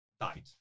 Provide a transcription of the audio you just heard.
died